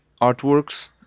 artworks